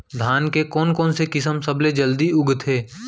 धान के कोन से किसम सबसे जलदी उगथे?